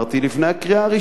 לפני הקריאה הראשונה.